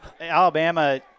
Alabama